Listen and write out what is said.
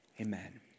amen